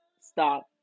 Stop